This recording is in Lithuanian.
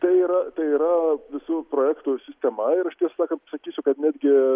tai yra tai yra visų projektų sistema ir aš tiesą sakant pasakysiu kad netgi